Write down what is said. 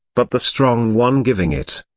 but the strong one giving it.